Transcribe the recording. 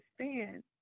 understand